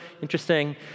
interesting